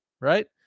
right